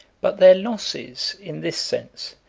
but their losses, in this sense,